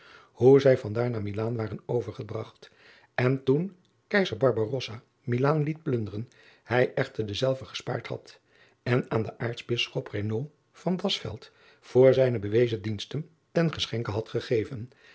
hoe zij van daar naar ilaan waren overgebragt en toen eizer ilaan liet plunderen hij echter dezelve gespaard had en aan den artsbisschop voor zijne bewezen diensten ten geschenke had gegeven